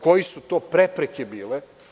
Koje su to prepreke bile?